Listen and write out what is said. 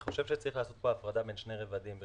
צריך לעשות פה הפרדה בין שני רבדים: